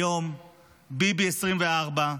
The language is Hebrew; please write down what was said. היום ביבי, שנת 2024,